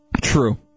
True